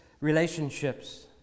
relationships